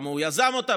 למה הוא יזם אותה?